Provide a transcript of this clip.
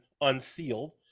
unsealed